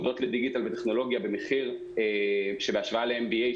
הודות לדיגיטל ולטכנולוגיה במחיר שבהשוואה ל-MBA,